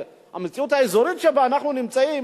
המציאות האזורית שבה אנחנו נמצאים,